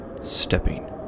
stepping